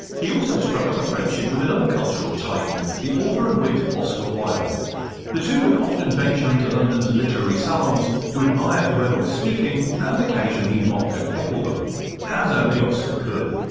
he also struck up a friendship with another cultural titan, the author and wit oscar wilde the two would often venture in london's literary salons to admire whoever was speaking and occasionally mock and heckle them as only oscar could.